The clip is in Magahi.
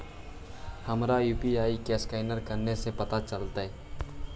हमर यु.पी.आई के असकैनर कने से पता चलतै?